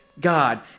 God